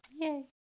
Yay